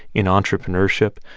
in entrepreneurship,